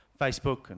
Facebook